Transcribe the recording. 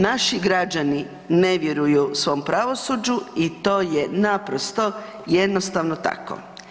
Naši građani ne vjeruju svom pravosuđu i to je naprosto jednostavno tako.